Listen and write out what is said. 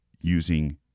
using